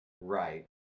Right